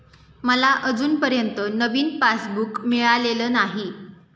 मला अजूनपर्यंत नवीन पासबुक मिळालेलं नाही